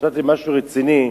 חשבתי משהו רציני.